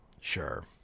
sure